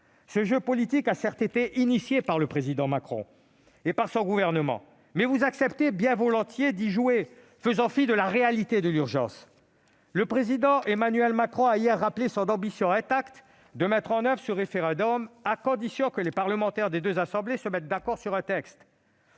Ce jeu politique a certes été engagé par le Président Macron et par son gouvernement. Mais vous acceptez bien volontiers d'y participer, faisant fi de la réalité de l'urgence ! Le Président Emmanuel Macron a hier rappelé son ambition intacte de mettre en oeuvre ce référendum, à condition que les parlementaires des deux assemblées se mettent d'accord sur un texte-